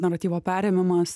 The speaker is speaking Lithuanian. normatyvo perėmimas